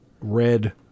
red